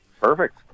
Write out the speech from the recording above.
Perfect